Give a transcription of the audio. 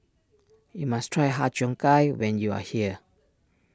you must try Har Cheong Gai when you are here